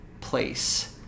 place